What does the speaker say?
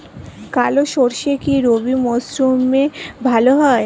কালো সরষে কি রবি মরশুমে ভালো হয়?